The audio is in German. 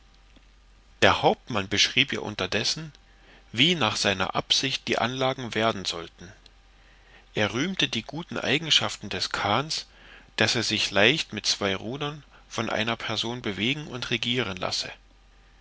der hauptmann beschrieb ihr unterdessen wie nach seiner absicht die anlagen werden sollten er rühmte die guten eigenschaften des kahns daß er sich leicht mit zwei rudern von einer person bewegen und regieren lasse